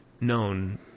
known